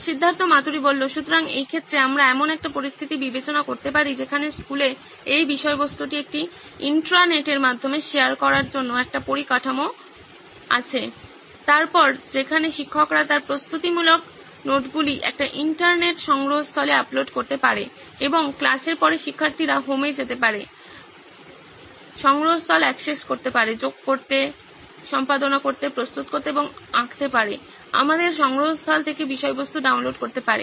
সিদ্ধার্থ মাতুরি সুতরাং এই ক্ষেত্রে আমরা এমন একটি পরিস্থিতি বিবেচনা করতে পারি যেখানে স্কুলে এই বিষয়বস্তুটি একটি ইন্ট্রানেটের মাধ্যমে শেয়ার করার জন্য একটি পরিকাঠামো আছে তারপর যেখানে শিক্ষকরা তার প্রস্তুতিমূলক নোটগুলি একটি ইন্টারনেট সংগ্রহস্থলে আপলোড করতে পারে এবং ক্লাসের পরে শিক্ষার্থীরা হোমে যেতে পারে সংগ্রহস্থল অ্যাক্সেস করতে পারে যোগ করতে সম্পাদনা করতে প্রস্তুত করতে বা আঁকতে পারে আমাদের সংগ্রহস্থল থেকে বিষয়বস্তু ডাউনলোড করতে পারে